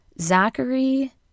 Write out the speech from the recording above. Zachary